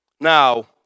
Now